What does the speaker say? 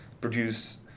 produce